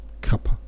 cup